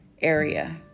area